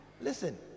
listen